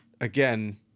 again